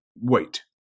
Wait